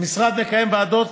המשרד מקיים ועדות